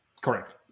Correct